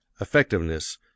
effectiveness